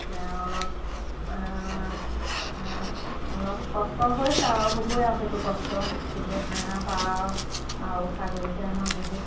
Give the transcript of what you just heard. এতিয়া অলপ অলপ কষ্ট হৈছে হ'বই আৰু সেইটো কষ্ট কিন্তু হাঁহ পাৰ আৰু ছাগলীতে আমাৰ বহুত